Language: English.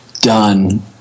done